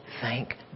thank